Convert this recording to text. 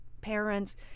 parents